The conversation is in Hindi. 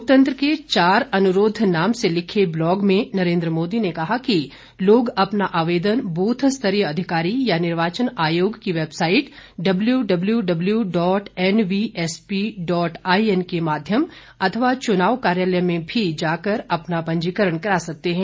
लोकतंत्र के चार अनुरोध नाम से लिखे ब्लॉग में नरेन्द्र मोदी ने कहा कि लोग अपना आवेदन ब्रूथ स्तरीय अधिकारी या निर्वाचन आयोग की website W W W dot N V S P dot I N के माध्यम अथवा चुनाव कार्यालय में भी जाकर अपना पंजीकरण करा सकते हैं